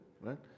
right